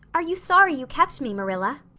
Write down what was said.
are you sorry you kept me, marilla?